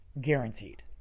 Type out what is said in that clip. guaranteed